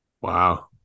Wow